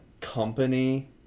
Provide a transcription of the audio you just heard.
company